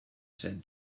said